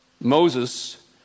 Moses